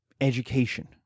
Education